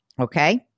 okay